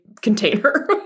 container